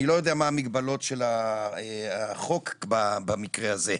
אני לא יודע מה המגבלות של החוק במקרה הזה.